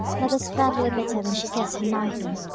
mother's fearfully bitter when she gets her knife in.